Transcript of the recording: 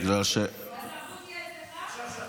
הסמכות תהיה אצלך?